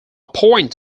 point